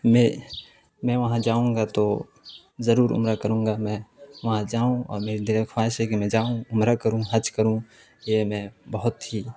میں میں وہاں جاؤں گا تو ضرور عمرہ کروں گا میں وہاں جاؤں اور میری دلی خواہش ہے کہ میں جاؤں عمرہ کروں حج کروں یہ میں بہت ہی